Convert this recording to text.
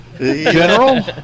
General